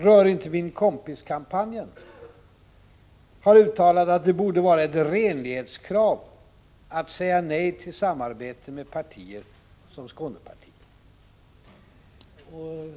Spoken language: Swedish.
Rör-inte-min-kompis-kampanjen har uttalat att det borde vara ett renlighetskrav att säga nej till samarbete med partier som Skånepartiet.